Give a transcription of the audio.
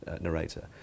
narrator